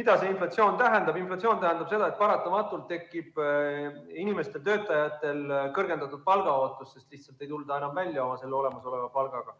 mida see inflatsioon tähendab? Inflatsioon tähendab seda, et paratamatult tekib inimestel, töötajatel kõrgendatud palgaootus, sest lihtsalt ei tulda enam välja oma olemasoleva palgaga.